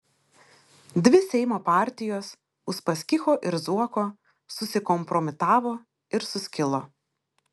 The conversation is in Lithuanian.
dvi seimo partijos uspaskicho ir zuoko susikompromitavo ir suskilo